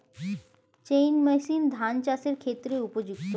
Chain machine ধান চাষের ক্ষেত্রে উপযুক্ত?